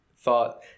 thought